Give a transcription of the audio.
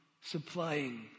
supplying